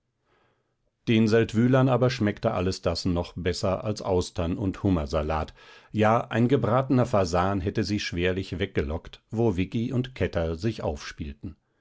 den seldwylern aber schmeckte alles das noch besser als austern und hummersalat ja ein gebratener fasan hätte sie schwerlich weggelockt wo viggi und kätter sich aufspielten